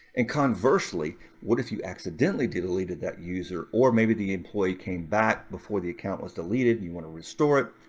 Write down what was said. and conversely, what if you accidentally deleted that user, or maybe the employee came back before the account was deleted, and you want to restore it?